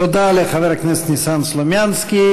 תודה לחבר הכנסת ניסן סלומינסקי.